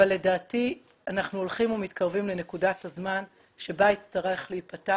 לדעתי אנחנו הולכים ומתקרבים לנקודת הזמן שבה תצטרך להיפתח